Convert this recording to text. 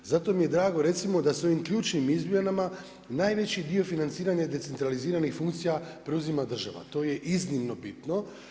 Zato mi je drago recimo da s ovim ključnim izmjenama najveći dio financiranja decentraliziranih funkcija preuzima država, to je iznimno bitno.